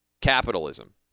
Capitalism